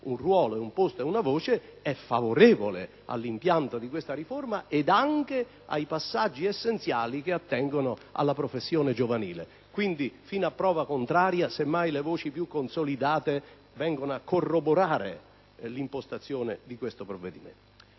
un ruolo, un posto e una voce, è favorevole all'impianto di questa riforma ed anche ai passaggi essenziali che attengono alla professione giovanile. Pertanto, fino a prova contraria, semmai le voci più consolidate vengono a corroborare l'impostazione di questo provvedimento.